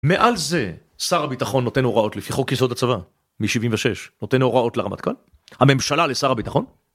מעל זה, שר הביטחון נותן הוראות לפי חוק יסוד הצבא מ-76, נותן הוראות לרמטכ"ל, הממשלה לשר הביטחון?